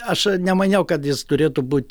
aš nemaniau kad jis turėtų būt